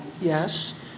Yes